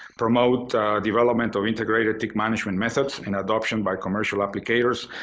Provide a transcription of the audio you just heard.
promote development of integrated tick management methods and adoption by commercial applicators.